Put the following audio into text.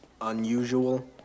unusual